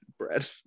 bread